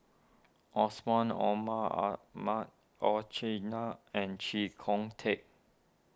Omar Ahmad and Chee Kong Tet